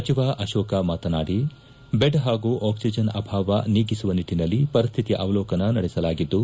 ಸಚಿವ ಆರೋಕ್ ಮಾತನಾಡಿ ಬೆಡ್ ಹಾಗೂ ಆಕ್ಲಿಜೆನ್ ಆಭಾವ ನೀಗಿಸುವ ನಿಟ್ಟನಲ್ಲಿ ಪರಿಹಿತಿಯ ಅವಲೋಕನ ನಡೆಸಲಾಗಿದ್ದು